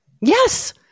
Yes